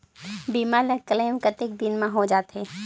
बीमा ला क्लेम कतेक दिन मां हों जाथे?